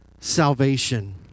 salvation